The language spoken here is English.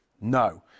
No